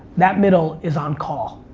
that middle is on call.